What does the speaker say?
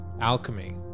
Alchemy